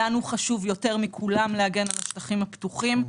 לנו חשוב יותר מכולם להגן על השטחים הפתוחים,